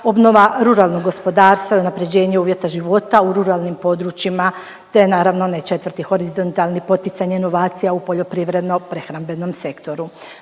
obnova ruralnog gospodarstva i unapređenje uvjeta života u ruralnim područjima te naravno onaj četvrti horizontalni poticanje inovacija u poljoprivredno-prehrambenom sektoru.